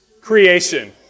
Creation